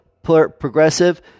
Progressive